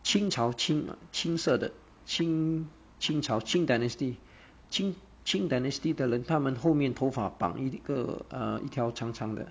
清朝清清色的清清潮 qing dynasty qing qing dynasty 的人他们后面头发绑一个 uh 一条长长的